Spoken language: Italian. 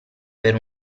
per